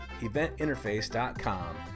eventinterface.com